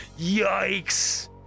Yikes